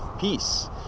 peace